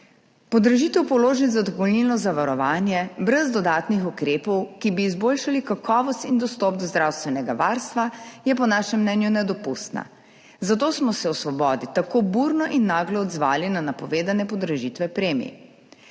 Podražitev položnic za dopolnilno zavarovanje brez dodatnih ukrepov, ki bi izboljšali kakovost in dostop do zdravstvenega varstva, je po našem mnenju nedopustna, zato smo se v Svobodi tako burno in naglo odzvali na napovedane podražitve premij.